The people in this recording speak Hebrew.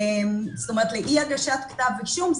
לאי הגשת כתב אישום,